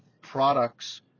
products –